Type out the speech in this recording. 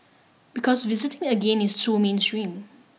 because visiting again is too mainstream